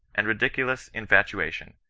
and ridiculous indfatuation,